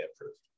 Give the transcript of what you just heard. approved